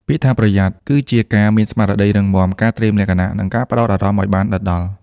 ពាក្យថា «ប្រយ័ត្ន» គឺជាការមានស្មារតីរឹងមាំ ការត្រៀមលក្ខណៈ និងការផ្ដោតអារម្មណ៍ឱ្យបានដិតដល់។